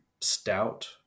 stout